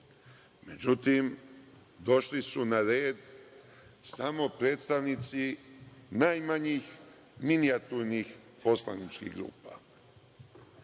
Međutim, došli su na red samo predstavnici najmanjih, minijaturnih poslaničkih grupa.